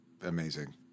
amazing